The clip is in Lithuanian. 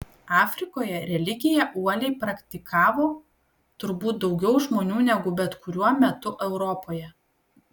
afrikoje religiją uoliai praktikavo turbūt daugiau žmonių negu bet kuriuo metu europoje